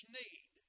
need